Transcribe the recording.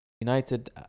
United